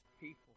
people